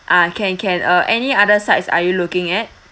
ah can can uh any other sides are you looking at